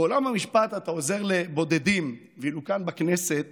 בעולם המשפט אתה עוזר לבודדים, ואילו כאן בכנסת